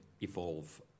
evolve